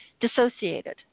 dissociated